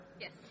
Yes